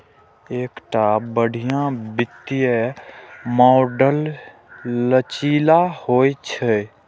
एकटा बढ़िया वित्तीय मॉडल लचीला होइ छै